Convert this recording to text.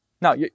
Now